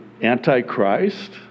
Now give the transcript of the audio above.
anti-Christ